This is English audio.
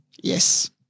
yes